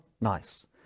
nice